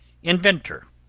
inventor,